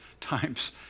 times